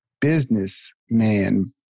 businessman